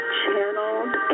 channeled